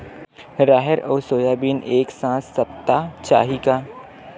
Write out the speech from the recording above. राहेर अउ सोयाबीन एक साथ सप्ता चाही का?